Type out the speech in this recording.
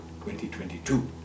2022